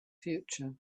future